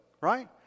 right